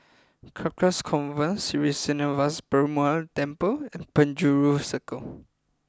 Carcasa Convent Sri Srinivasa Perumal Temple and Penjuru Circle